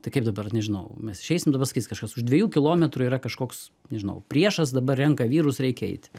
tai kaip dabar nežinau mes išeisim dabar sakys kažkas už dviejų kilometrų yra kažkoks nežinau priešas dabar renka vyrus reikia eiti